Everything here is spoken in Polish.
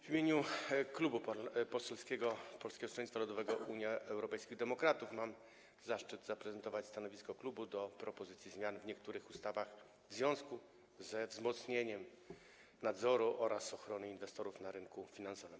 W imieniu Klubu Poselskiego Polskiego Stronnictwa Ludowego - Unii Europejskich Demokratów mam zaszczyt zaprezentować stanowisko klubu wobec propozycji zmian w niektórych ustawach w związku ze wzmocnieniem nadzoru oraz ochrony inwestorów na rynku finansowym.